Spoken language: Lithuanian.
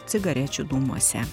cigarečių dūmuose